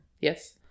Yes